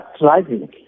driving